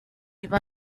iba